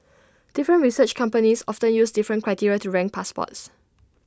different research companies often use different criteria to rank passports